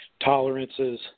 tolerances